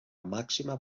màxima